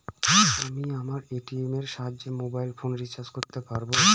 আমি আমার এ.টি.এম এর সাহায্যে মোবাইল ফোন রিচার্জ করতে পারব?